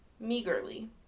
meagerly